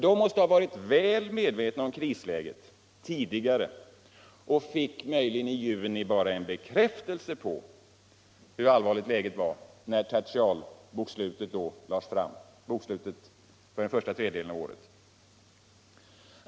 Den måste ha varit väl medveten om krisläget tidigare och fick möjligen i juni bara en bekräftelse på hur allvarligt läget var, när tertialbokslutet lades fram — bokslutet för den första tredjedelen av året.